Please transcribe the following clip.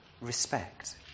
respect